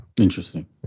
Interesting